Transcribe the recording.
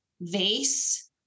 vase